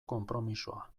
konpromisoa